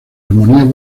armonías